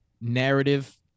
narrative